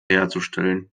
herzustellen